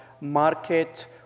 market